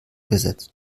gesetzt